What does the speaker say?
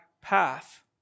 path